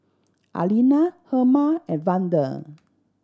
Arlena Herma and Vander